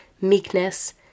meekness